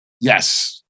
Yes